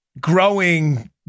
growing